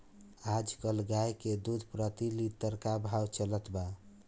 आज कल गाय के दूध प्रति लीटर का भाव चलत बा?